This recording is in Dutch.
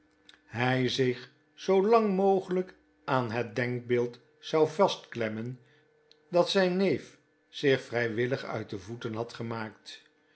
hy zich zoolang mogelyk aan het denkbeeld zou vastklemmen dat zyn neef zich vrywillig uit de voeten had gemaakt